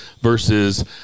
versus